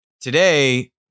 today